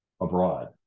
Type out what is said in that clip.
abroad